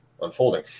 unfolding